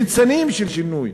ניצנים של שינוי,